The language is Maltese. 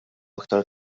aktar